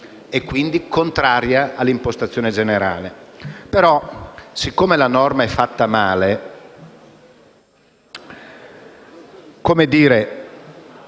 e, quindi, contraria all'impostazione generale. Tuttavia, siccome la norma è fatta male,